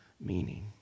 meaning